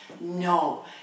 no